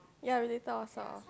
ya related or sort of